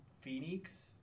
Phoenix